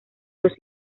los